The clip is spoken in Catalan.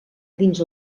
dins